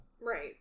Right